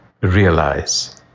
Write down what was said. realize